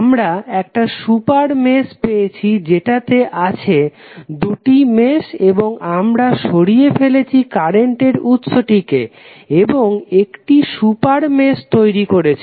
আমরা একটা super mesh পেয়েছি যেটা তে আছে দুটি মেশ এবং আমরা সরিয়ে ফেলেছি কারেন্ট উৎসটিকে এবং একটি সুপার মেশ তৈরি করেছি